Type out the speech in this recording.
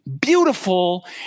beautiful